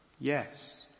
Yes